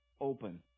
open